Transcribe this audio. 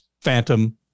phantom